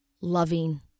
loving